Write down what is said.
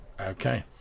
Okay